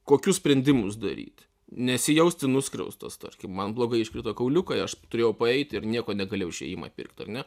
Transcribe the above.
kokius sprendimus daryt nesijausti nuskriaustas tarkim man blogai iškrito kauliukai aš turėjau paeiti ir nieko negalėjau išėjimą pirkt ar ne